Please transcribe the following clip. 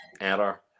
error